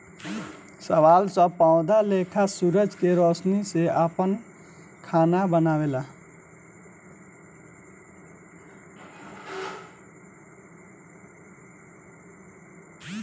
शैवाल सब पौधा लेखा सूरज के रौशनी से आपन खाना बनावेला